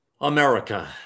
America